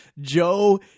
Joe